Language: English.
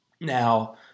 Now